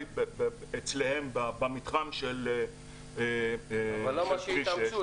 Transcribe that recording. אצלם במתחם של כביש 6. אבל למה שיתאמצו,